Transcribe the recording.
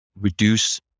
reduce